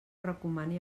recomani